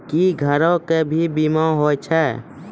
क्या घरों का भी बीमा होता हैं?